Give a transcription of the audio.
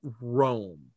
Rome